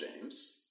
James